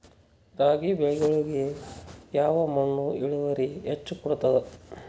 ರಾಗಿ ಬೆಳಿಗೊಳಿಗಿ ಯಾವ ಮಣ್ಣು ಇಳುವರಿ ಹೆಚ್ ಕೊಡ್ತದ?